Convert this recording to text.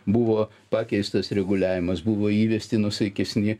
buvo pakeistas reguliavimas buvo įvesti nuosaikesni